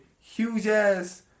huge-ass